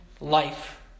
life